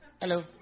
hello